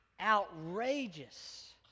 outrageous